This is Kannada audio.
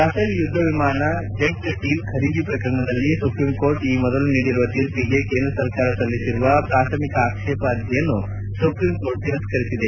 ರಫೆಲ್ ಯುಧ್ನ ವಿಮಾನ ಜೆಟ್ ಡೀಲ್ ಖರೀದಿ ಪ್ರಕರಣದಲ್ಲಿ ಸುಪ್ರೀಂ ಕೋರ್ಟ್ ಈ ಮೊದಲು ನೀಡಿರುವ ತೀರ್ಪಿಗೆ ಕೇಂದ್ರ ಸರ್ಕಾರ ಸಲ್ಲಿಸಿರುವ ಪ್ರಾಥಮಿಕ ಆಕ್ಷೇಪ ಅರ್ಜಿಯನ್ನು ಸುಪ್ರಿಂ ಕೋರ್ಟ್ ತಿರಸ್ನರಿಸಿದೆ